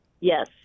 Yes